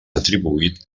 retribuït